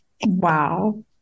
Wow